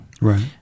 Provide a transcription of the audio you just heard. Right